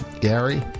Gary